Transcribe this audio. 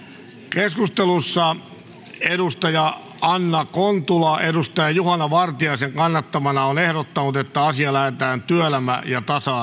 keskustelussa on anna kontula juhana vartiaisen kannattamana ehdottanut että asia lähetetään työelämä ja tasa